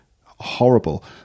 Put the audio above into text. horrible